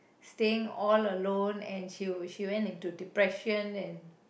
staying all alone and she went into depression and